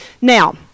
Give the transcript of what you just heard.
Now